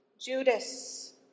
Judas